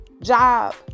job